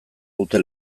dute